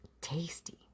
Tasty